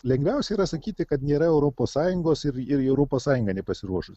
lengviausia yra sakyti kad nėra europos sąjungos ir europos sąjunga nepasiruošus